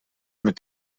mit